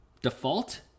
Default